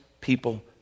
people